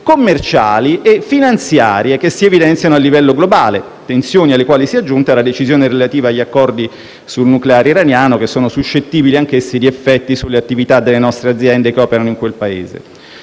commerciali e finanziarie che si evidenziano a livello globale, tensioni alle quali si è aggiunta la decisione relativa agli accordi sul nucleare iraniano, che sono suscettibili anch'essi di effetti sull'attività delle nostre aziende che operano in quel Paese.